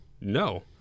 no